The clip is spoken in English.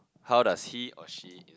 how does he or she in